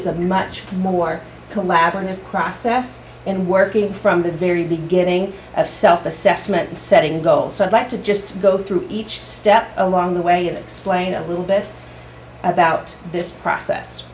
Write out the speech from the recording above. is a much more collaborative process and working from the very beginning of self assessment setting goals i'd like to just go through each step along the way and explain a little bit about this process